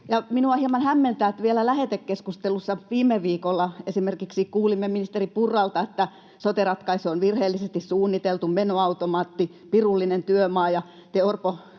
minua hieman hämmentää, että esimerkiksi vielä lähetekeskustelussa viime viikolla kuulimme ministeri Purralta, että sote-ratkaisu on virheellisesti suunniteltu menoautomaatti ja pirullinen työmaa, ja te, Orpo,